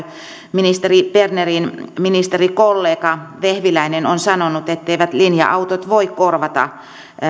ministeri bernerin ministerikollega vehviläinen on sanonut etteivät linja autot voi korvata